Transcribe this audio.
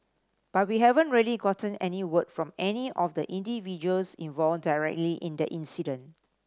but we haven't really gotten any word from any of the individuals involved directly in the incident